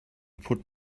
put